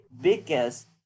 biggest